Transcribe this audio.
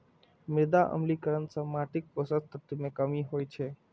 मृदा अम्लीकरण सं माटिक पोषक तत्व मे कमी होइ छै